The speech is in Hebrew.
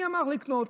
מי אמר לקנות?